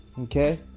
Okay